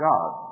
God